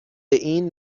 این